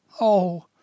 Oh